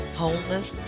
wholeness